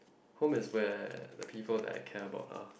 home is where people that I care about lah